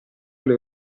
alle